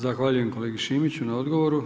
Zahvaljujem kolegi Šimiću na odgovoru.